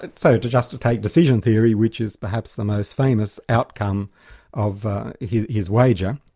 ah so, to just take decision theory which is perhaps the most famous outcome of his his wager